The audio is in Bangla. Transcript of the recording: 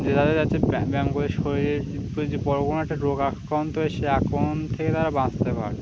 যে তাদের কাছে ব্যাম করে শরীরের যে বড় কোনো একটা রোগ আক্রান্ত তো হয় সেই আক্রমণ থেকে তারা বাঁচতে পারবে